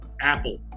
apple